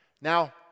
Now